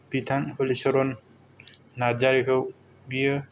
बिथां हलिचरन नार्जारीखौ बियो